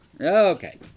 Okay